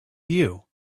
view